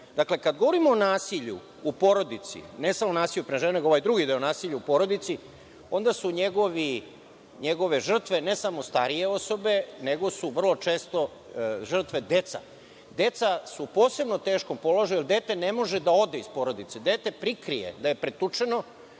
kada govorimo o nasilju u porodici, ne samo pred ženom, nego i drugi deo nasilja u porodici, onda su njegove žrtve ne samo starije osobe, nego su vrlo često žrtve deca. Deca su u posebno teškom položaju jer dete ne može da ode iz porodice. Dete prikrije da je pretučeno,